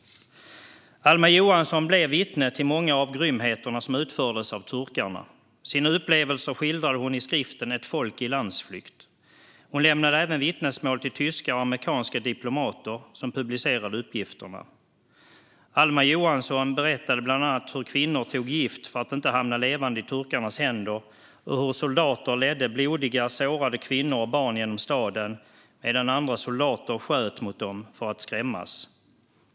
Alma Johansson blev vittne till många av de grymheter som utfördes av turkarna. Sina upplevelser skildrade hon i skriften Ett folk i landsflykt . Hon lämnade även vittnesmål till tyska och amerikanska diplomater, som publicerade uppgifterna. Alma Johansson berättade bland annat om hur kvinnor tog gift för att inte hamna levande i turkarnas händer och hur soldater ledde blodiga, sårade kvinnor och barn genom staden, medan andra soldater sköt mot dem för att skrämmas.